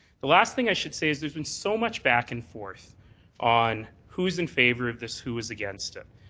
the last thing i should say is there's been so much back and forth on who's in favour of this, who is against it.